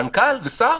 מנכ"ל ושר?